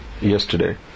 Yesterday